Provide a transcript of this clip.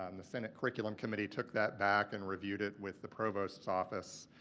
um the senate curriculum committee took that back and reviewed it with the provost's office,